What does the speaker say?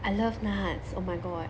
I love nuts oh my god